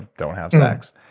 don't have sex.